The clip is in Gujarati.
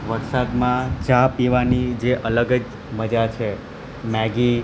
વરસાદમાં ચા પીવાની જે અલગ જ મજા છે મેગી